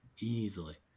easily